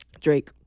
Drake